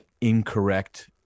incorrect